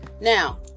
now